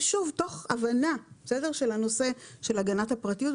תוך הבנה של הנושא של הגנת הפרטיות.